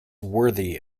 worthy